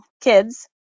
kids